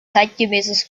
zeitgemäßes